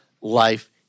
life